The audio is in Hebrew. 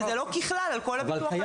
וזה לא ככלל על כל הביטוח הלאומי.